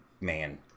man